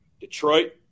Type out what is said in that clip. Detroit